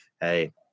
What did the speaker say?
hey